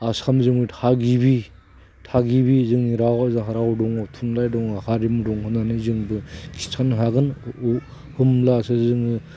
आसामनि जोङो थागिबि थागिबि जोंनि राव जा राव दङ थुनलाइ दङ हारिमु दं होननानै जोंबो खिथानो हागोन होमब्लासो जोङो